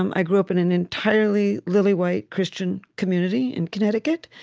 um i grew up in an entirely lily-white, christian community in connecticut,